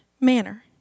manner